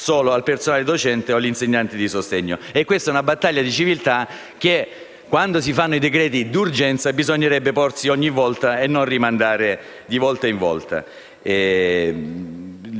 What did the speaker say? solo al personale docente o agli insegnanti di sostegno. Questa è una battaglia di civiltà che, quando si adottano decreti d'urgenza, bisognerebbe porsi e non rimandare di volta in volta.